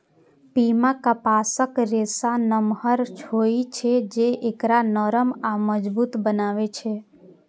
पीमा कपासक रेशा नमहर होइ छै, जे एकरा नरम आ मजबूत बनबै छै